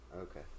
okay